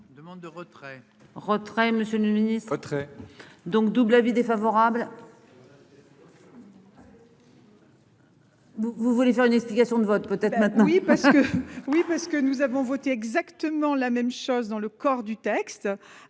demande de retrait, retrait. Monsieur le Ministre votre donc double avis défavorable. Voilà. Vous vous voulez faire une explication de vote peut être. Oui parce que oui parce que nous avons voté exactement la même chose dans le corps du texte.